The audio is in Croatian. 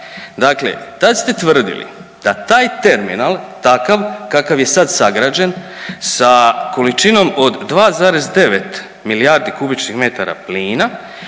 Dakle tada ste tvrdili da taj terminal takav kakav je sada sagrađen sa količinom od 2,9 milijardi kubičnih metara plina